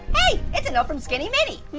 hey, it's a note from skinny mini.